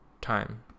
time